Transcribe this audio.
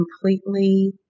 completely